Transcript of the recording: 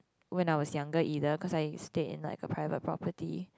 when I was younger either cause I stay in like a private property